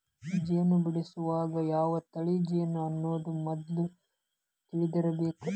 ಜೇನ ಬಿಡಸುವಾಗ ಯಾವ ತಳಿ ಜೇನು ಅನ್ನುದ ಮದ್ಲ ತಿಳದಿರಬೇಕ